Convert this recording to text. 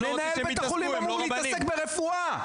מנהל בית החולים אמור להתעסק ברפואה.